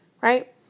right